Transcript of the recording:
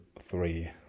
three